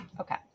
Okay